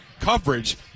coverage